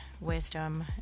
wisdom